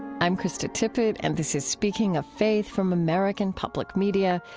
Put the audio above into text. i'm krista tippett, and this is speaking of faith from american public media.